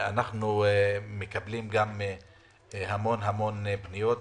אנחנו מקבלים המון פניות,